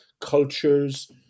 cultures